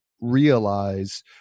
realize